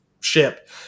ship